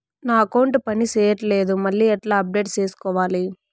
నా అకౌంట్ పని చేయట్లేదు మళ్ళీ ఎట్లా అప్డేట్ సేసుకోవాలి?